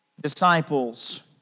disciples